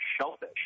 shellfish